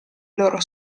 loro